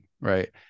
right